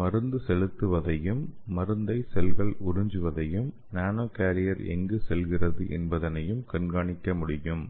மருந்து செலுத்துவதையும் மருந்தை செல்கள் உறிஞ்சுவதையும் நானோ கேரியர் எங்கு செல்கிறது என்பதையும் கண்காணிக்க முடியும்